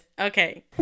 Okay